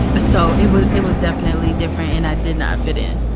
so it was it was definitely different, and i did not fit in